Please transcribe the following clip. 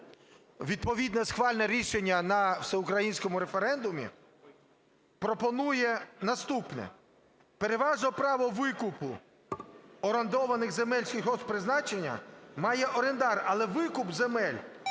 відповідне схвальне рішення на всеукраїнському референдумі, пропонує наступне: переважне право викупу орендованих земель сільгосппризначення має орендар, але викуп земель